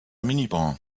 minibar